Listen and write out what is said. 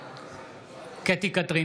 בעד קטי קטרין